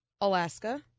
Alaska